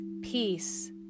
peace